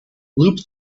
loop